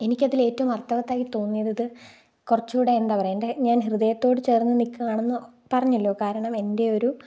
എനിക്കതിൽ ഏറ്റവും അർത്ഥവത്തായി തോന്നിയത് കുറച്ച്കൂടെ എന്താ പറയുക എൻറ്റെ ഞാൻ ഹൃദയത്തോട് ചേർന്ന് നിൽക്കുവാണെന്നോ പറഞ്ഞല്ലോ കാരണം എൻറ്റെ ഒരു